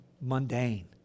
mundane